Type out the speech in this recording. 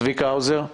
צביקה האוזר.